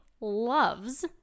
loves